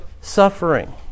suffering